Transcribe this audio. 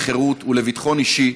לחירות ולביטחון אישי,